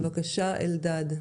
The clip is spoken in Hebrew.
אלדד,